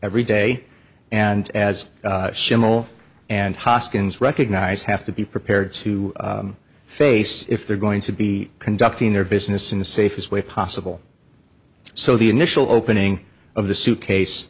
every day and as schimmel and hoskins recognize have to be prepared to face if they're going to be conducting their business in the safest way possible so the initial opening of the suitcase